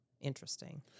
interesting